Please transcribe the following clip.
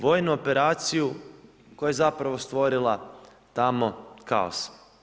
Vojnu operaciju koja je zapravo stvorila tamo kaos.